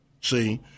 See